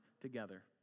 together